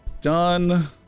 Done